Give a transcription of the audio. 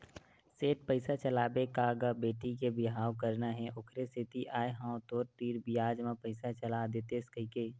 सेठ पइसा चलाबे का गा बेटी के बिहाव करना हे ओखरे सेती आय हंव तोर तीर बियाज म पइसा चला देतेस कहिके